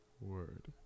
word